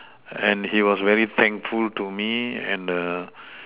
and he was very thankful to me and err